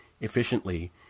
efficiently